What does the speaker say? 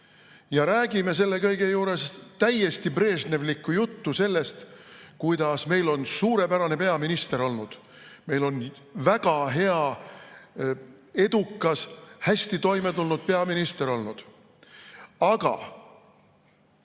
räägime selle kõige juures täiesti brežnevlikku juttu sellest, kuidas meil on suurepärane peaminister olnud, meil on väga hea, edukas, hästi toime tulnud peaminister olnud. Aga